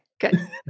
good